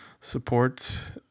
support